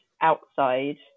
Outside